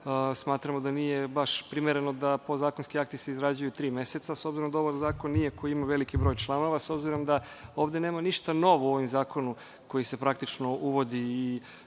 smatramo da nije baš primereno da se podzakonski akti izrađuju tri meseca. S obzirom da ovo nije zakon koji ima veliki broj članova, s obzirom da ovde nema ništa novo u ovom zakonu koji se praktično uvodi